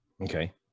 Okay